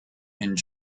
and